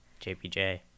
JPJ